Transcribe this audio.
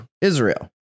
Israel